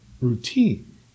routine